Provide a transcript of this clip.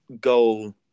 goal